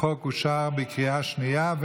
החוק אושר בקריאה שנייה.